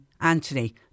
Anthony